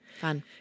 Fun